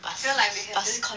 past~ pas~